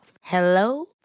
Hello